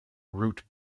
root